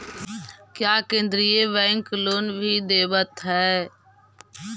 क्या केन्द्रीय bank loan भी देवत हैं